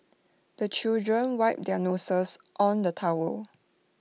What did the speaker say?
the children wipe their noses on the towel